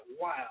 wow